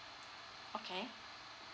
okay